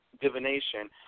divination